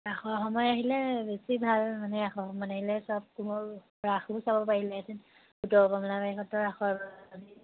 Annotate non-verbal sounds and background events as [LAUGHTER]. ৰাসৰ সময়ত আহিলে বেছি ভাল মানে ৰাসৰ সময়ত আহিলে চব [UNINTELLIGIBLE] ৰাসবোৰ চাব পাৰিলেহেঁতেন উত্তৰ কমলাবাৰী সত্ৰৰ ৰাসৰ [UNINTELLIGIBLE]